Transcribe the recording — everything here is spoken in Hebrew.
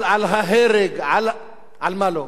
על ההרג, על מה לא.